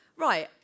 right